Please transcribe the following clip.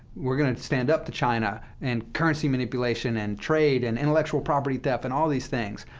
we're going to stand up to china and currency manipulation and trade and intellectual property debt and all these things.